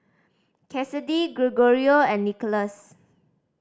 Kassidy Gregorio and Nicholas